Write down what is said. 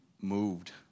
moved